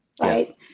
right